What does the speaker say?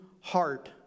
heart